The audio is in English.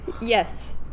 Yes